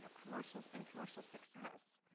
so commercials and commercial success.